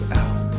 out